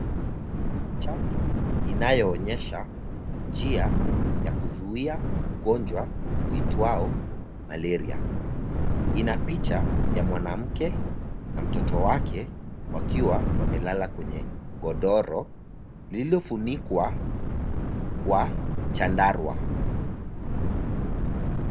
Chati inayoonyesha njia ya kuzuia ugonjwa uitwao malaria. Ina picha ya mwanamke na watoto wake wakiwa wamelala kwenye godoro lilofunikwa kwa chandarua.